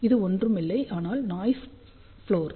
இது ஒன்றும் இல்லை ஆனால் நாய்ஸ் ப்ளோர்